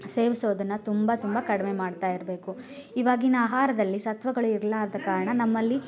ಸೇವಿಸೋದನ್ನ ತುಂಬ ತುಂಬ ಕಡಿಮೆ ಮಾಡ್ತಾಯಿರಬೇಕು ಇವಾಗಿನ ಆಹಾರದಲ್ಲಿ ಸತ್ವಗಳು ಇಲ್ಲಾರದ ಕಾರಣ ನಮ್ಮಲ್ಲಿ